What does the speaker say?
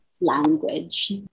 language